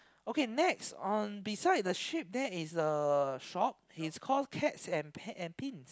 okay next on beside the sheep there is a shop it's called cats and pet and pins